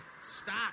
Stop